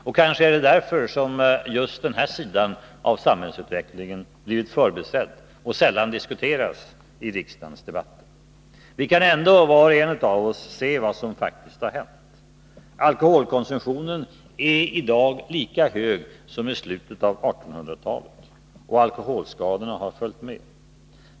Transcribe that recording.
Och kanske är det därför just den här sidan av samhällsutvecklingen blivit eftersatt och sällan diskuteras i riksdagens debatter. Men vi kan ändå, var och en av oss, se vad som faktiskt har hänt. Alkoholkonsumtionen är i dag lika hög som i slutet av 1800-talet, och alkoholskadorna har följt med.